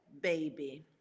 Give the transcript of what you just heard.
baby